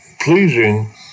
pleasing